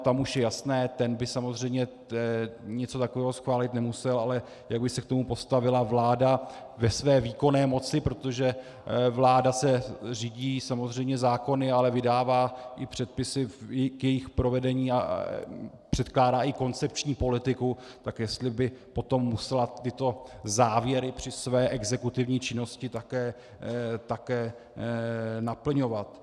Tam už je jasné, ten by samozřejmě něco takového schválit nemusel, ale jak by se k tomu postavila vláda ve své výkonné moci, protože vláda se řídí samozřejmě zákony, ale vydává i předpisy k jejich provedení a předkládá i koncepční politiku, tak jestli by potom musela tyto závěry při své exekutivní činnosti také naplňovat.